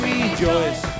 Rejoice